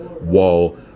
wall